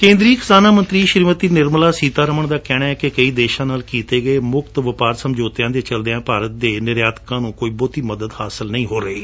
ਕੇਂਦਰੀ ਖਜਾਨਾ ਮੰਤਰੀ ਸ਼੍ਰੀਮਤੀ ਨਿਰਮਲਾ ਸੀਤਾਰਮਨ ਦਾ ਕਹਿਣੈ ਕਿ ਕਈ ਦੇਸ਼ਾਂ ਨਾ਼ਲ ਕੀਤੀ ਗਏ ਮੁਕਤ ਵਪਾਰ ਸਮਝੋਤਿਆਂ ਦੇ ਚਲਦਿਆਂ ਭਾਰਤ ਦੇ ਨਿਰਯਾਤਕਾਂ ਨੂੰ ਕੋਈ ਬਹੁਤੀ ਮਦਦ ਨਹੀ ਹਾਸਲ ਹੋ ਰਹੀ